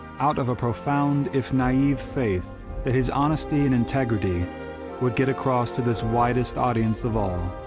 out of a profound, if naive, faith that his honesty and integrity would get across to this widest audience of all.